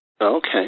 Okay